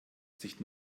sich